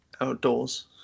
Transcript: outdoors